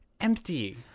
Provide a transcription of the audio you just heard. empty